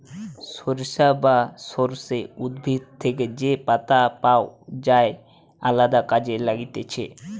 সরিষা বা সর্ষে উদ্ভিদ থেকে যে পাতা পাওয় যায় আলদা কাজে লাগতিছে